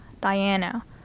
Diana